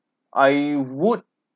I would